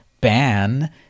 ban